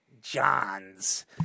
John's